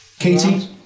Katie